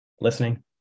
listening